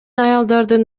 аялдардын